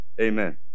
Amen